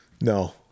No